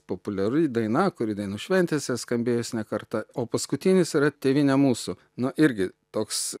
populiari daina kuri dainų šventėse skambėjus ne kartą o paskutinis yra tėvyne mūsų nu irgi toks